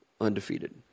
undefeated